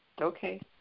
Okay